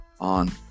on